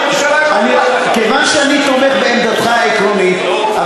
כיוון שאני תומך בעמדתך העקרונית,